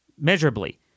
measurably